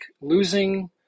losing